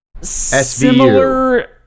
similar